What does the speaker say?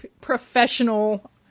professional